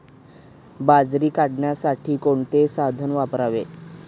बाजरी काढण्यासाठी कोणते साधन वापरावे?